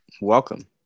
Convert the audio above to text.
Welcome